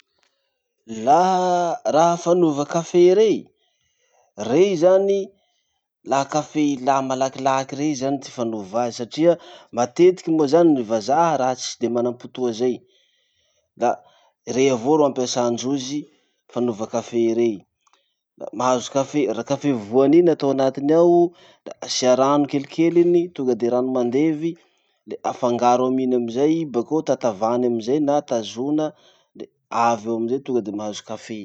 Laha raha fanova kafe rey, rey zany la kafe ilà malakilaky rey zany ty fanova azy satria matetiky moa zany ny vazaha raha tsy de manam-potoa zay. Da rey avao ro ampesandrozy fanova kafe rey. Mahazo kafe- laha kafe voany iny atao anatiny ao, da asia rano kelikely iny, tonga de rano mandevy, le afangaro amin'iny amizay i bakeo tatavany amizay na tazona le avy eo amizay tonga de mahazo kafe.